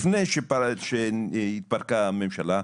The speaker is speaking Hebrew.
לפני שהתפרקה הממשלה,